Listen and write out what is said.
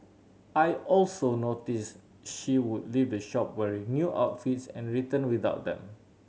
I also notice she would leave the shop wearing new outfits and returned without them